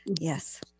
Yes